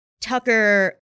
Tucker